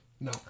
No